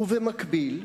ובמקביל,